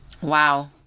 Wow